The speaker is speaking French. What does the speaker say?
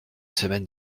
semaine